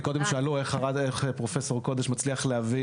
קודם שאלו איך פרופ' קודש מצליח להביא